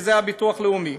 שזה הביטוח הלאומי.